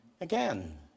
again